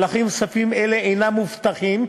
ולכן כספים אלה אינם מובטחים,